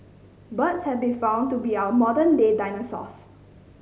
birds have been found to be our modern day dinosaurs